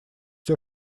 всё